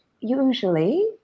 usually